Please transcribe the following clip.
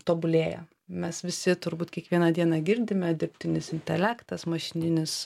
tobulėja mes visi turbūt kiekvieną dieną girdime dirbtinis intelektas mašininis